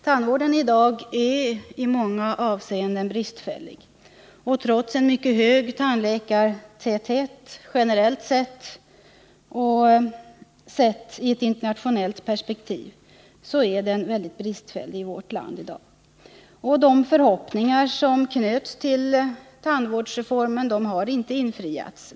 Tandvården i dag är i många avseenden bristfällig — trots en mycket hög tandläkartäthet, generellt sett och sett i ett internationellt perspektiv. De förhoppningar som knöts till tandvårdsreformen har inte infriats.